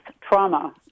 trauma